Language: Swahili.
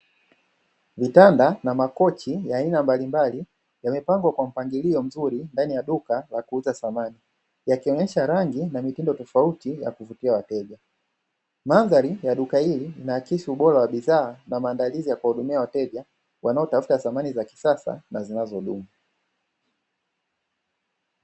Vitanda na makochi ya aina mbalimbali, yamepangwa kwa mpangilio mzuri ndani ya duka la kuuza samani. Yakionesha rangi na mitindo tofauti ya kuvutia wateja. Mandhari ya duka hili inaakisia ubora wa bidhaa na maandalizi ya kuwahudumia wateja wanaotafuta samani za kisasa, na zinazodumu.